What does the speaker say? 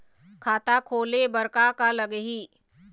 खाता खोले बर का का लगही?